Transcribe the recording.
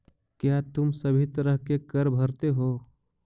क्या तुम सभी तरह के कर भरते हो?